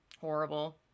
horrible